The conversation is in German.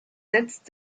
setzt